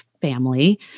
family